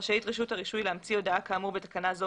רשאית רשות הרישוי להמציא הודעה כאמור בתקנה זו